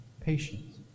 patience